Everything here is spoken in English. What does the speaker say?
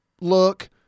look